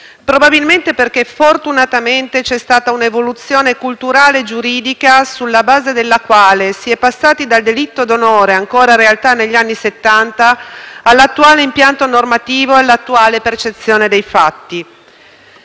Probabilmente e fortunatamente c'è stata un'evoluzione culturale e giuridica, sulla base della quale si è passati dal delitto d'onore, ancora realtà negli anni Settanta, all'attuale impianto normativo e all'attuale percezione dei fatti.